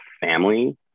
family